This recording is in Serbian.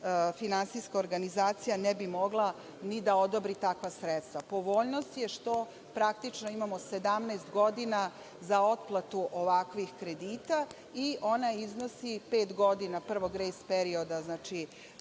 finansijska organizacija ne bi mogla ni da odobri takva sredstva. Povoljnost je što praktično imamo 17 godina za otplatu ovakvih kredita i ona iznosi pet godina prvo grejs perioda, kada